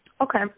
Okay